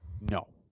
No